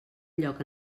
lloc